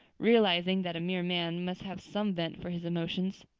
realizing that a mere man must have some vent for his emotions.